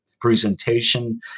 presentation